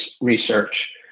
research